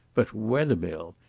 but wethermill!